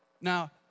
Now